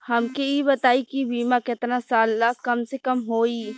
हमके ई बताई कि बीमा केतना साल ला कम से कम होई?